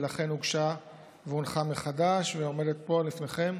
ולכן הוגשה והונחה מחדש ועומדת פה לפניכם